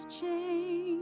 change